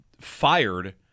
fired